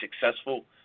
successful